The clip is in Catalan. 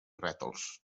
rètols